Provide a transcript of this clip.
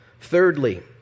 Thirdly